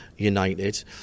United